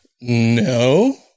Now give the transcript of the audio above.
No